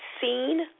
seen